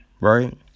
right